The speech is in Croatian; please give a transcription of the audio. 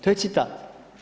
To je citat.